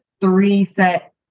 three-set